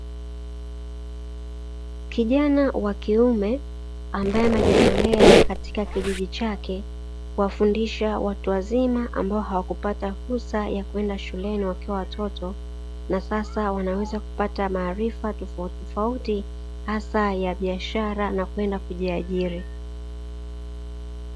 Kijana wa kiume ambaye anajitolea katika kijiji chake, kuwafundisha watu wazima, ambao hawakupata fursa ya kwenda shuleni wakiwa watoto, na sasa wanaweza kupata maarifa tofautitofauti, hasa ya biashara na kwenda kujiajiri.